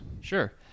sure